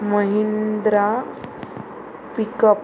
Mahindra pickup